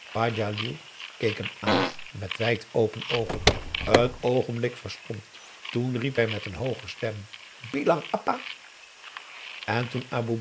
keek hem aan met wijdopen oogen een oogenblik verstomd toen riep hij met een hooge stem bilang apa en toen